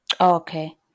Okay